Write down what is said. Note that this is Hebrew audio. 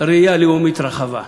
קצת ראייה לאומית רחבה.